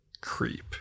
creep